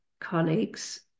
colleagues